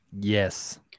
Yes